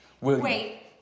Wait